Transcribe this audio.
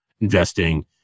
investing